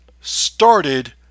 started